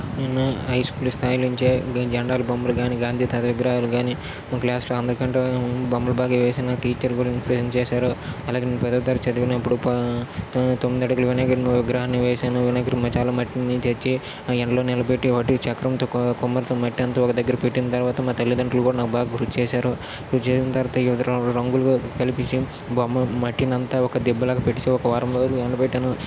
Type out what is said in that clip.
నేను నా high school స్థాయి నుంచే ఈ జెండాల బొమ్మలు కానీ గాంధీ తాత విగ్రహాలు కానీ మా క్లాసులో అందరికంటే బొమ్మలు బాగా వేసిన టీచర్లు కూడా నన్ను ప్రశంచేసారు అలాగే నేను పదవ తరగతి చదివినప్పుడు తొమ్మిది అడుగుల వినాయకుని విగ్రహాన్ని వేశాను వినాయక విగ్రహం చాలా మట్టిని తెచ్చి ఎండలో నిలబెట్టి వాటి చక్రంతో కుమ్మరితో మట్టి అంతా ఒక దగ్గరికి పెట్టిన తర్వాత మా తల్లిదండ్రులు కూడా నాకు బాగా కృషి చేసారు కృషి చేసిన తర్వాత రంగులగా కలిపేసి బొమ్మ మట్టిని అంతా ఒక దిబ్బలాగా పెట్టేసి ఒక వారం రోజులు ఎండబెట్టాను